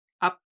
up